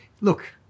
Look